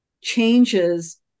changes